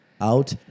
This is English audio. out